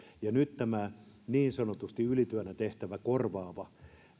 nyt tämä niin sanotusti ylityönä tehtävä korvaava